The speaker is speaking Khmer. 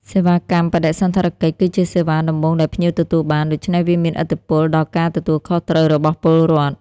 សេវាកម្មបដិសណ្ឋារកិច្ចគឺជាសេវាដំបូងដែលភ្ញៀវទទួលបាន ដូច្នេះវាមានឥទ្ធិពលដល់ការទទួលខុសត្រូវរបស់ពលរដ្ឋ។